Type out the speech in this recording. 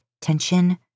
tension